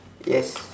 yes